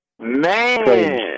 Man